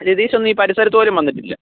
രതീശൊന്നും ഈ പരിസരത്ത് പോലും വന്നിട്ടില്ല